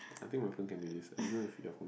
I think Wei-Kang can do this I don't know if they're